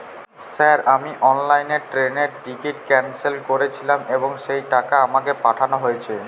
Sir আমি অনলাইনে ট্রেনের টিকিট ক্যানসেল করেছিলাম এবং সেই টাকা আমাকে পাঠানো হয়েছে?